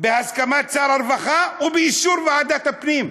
בהסכמת שר הרווחה ובאישור ועדת הפנים.